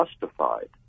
justified